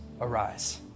arise